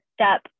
step